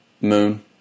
Moon